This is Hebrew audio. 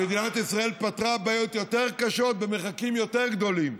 מדינת ישראל פתרה בעיות יותר קשות במרחקים יותר גדולים.